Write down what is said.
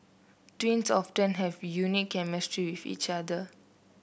twins often have a unique chemistry with each other